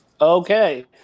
Okay